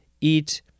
eat